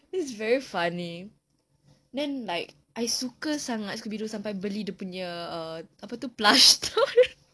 it's very funny then like I suka sangat scoody doo sampai beli dia punya err apa itu plush toy